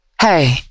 Hey